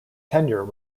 tenure